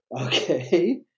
Okay